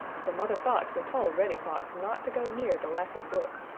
for mother fox had told reddy fox not to go near the laughing brook.